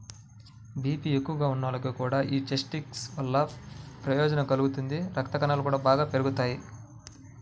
BP ఎక్కువగా ఉన్నోళ్లకి కూడా యీ చెస్ట్నట్స్ వల్ల ప్రయోజనం కలుగుతుంది, రక్తకణాలు గూడా బాగా పెరుగుతియ్యి